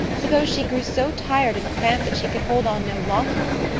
suppose she grew so tired and cramped that she could hold on no longer!